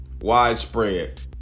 widespread